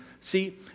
See